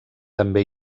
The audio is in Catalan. també